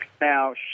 Now